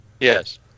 Yes